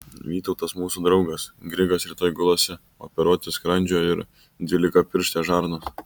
vytautas mūsų draugas grigas rytoj gulasi operuoti skrandžio ir dvylikapirštės žarnos